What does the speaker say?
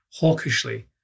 hawkishly